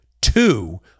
two